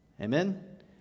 Amen